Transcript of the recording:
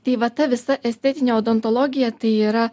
tai va ta visa estetinė odontologija tai yra